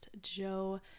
Joe